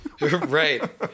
Right